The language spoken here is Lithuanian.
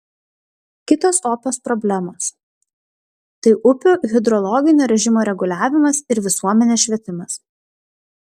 kitos opios problemos tai upių hidrologinio režimo reguliavimas ir visuomenės švietimas